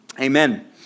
amen